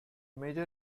major